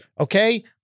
okay